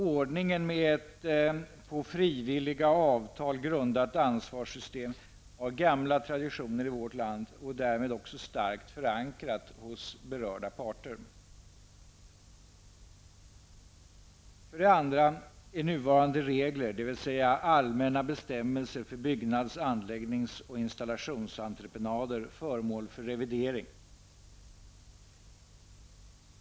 Ordningen med ett på frivilliga avtal grundat ansvarssystem har gamla traditioner i vårt land och är därmed också starkt förankrad hos berörda parter. För det andra är nuvarande regler, dvs. Allmänna bestämmelser för byggnads-, anläggnings och installationsentreprenader, föremål för revidering.